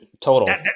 total